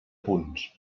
punts